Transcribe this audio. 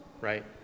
right